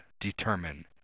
determine